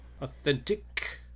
Authentic